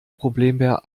problembär